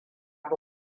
ba